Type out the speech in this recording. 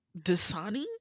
Dasani